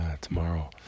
tomorrow